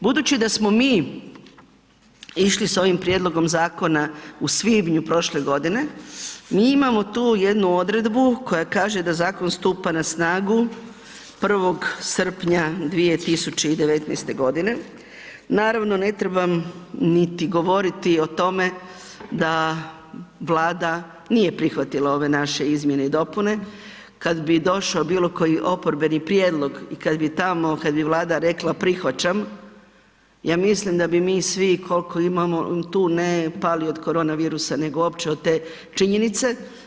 Budući da smo mi išli s ovim prijedlogom zakona u svibnju prošle godine, mi imamo tu jednu odredbu koja kaže da zakon stupa na snagu 1. srpnja 2019. g. Naravno, ne trebam niti govoriti o tome da Vlada nije prihvatila ove naše izmjene i dopune kad bi došao bilo koji oporbeni prijedlog i kad bi tamo, kad bi Vlada rekla prihvaćam, ja mislim da bi mi svi koliko imamo, tu ne pali od korona virusa nego uopće od te činjenice.